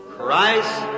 Christ